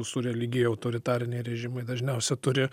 su religija autoritariniai režimai dažniausia turi